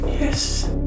Yes